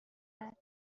دهد